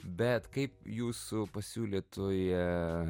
bet kaip jūsų pasiūlytoje